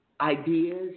ideas